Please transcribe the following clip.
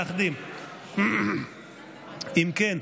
אם כן,